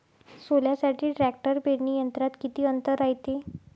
सोल्यासाठी ट्रॅक्टर पेरणी यंत्रात किती अंतर रायते?